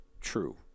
true